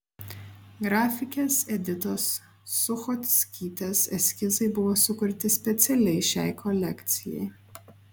grafikės editos suchockytės eskizai buvo sukurti specialiai šiai kolekcijai